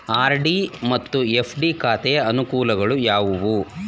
RD ಮತ್ತು FD ಖಾತೆಯ ಅನುಕೂಲಗಳು ಯಾವುವು?